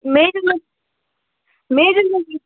measurement measurement